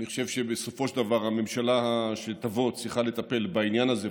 אני חושב שבסופו של דבר הממשלה שתבוא צריכה לטפל בעניין הזה,